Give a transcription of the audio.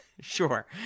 Sure